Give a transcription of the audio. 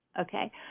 okay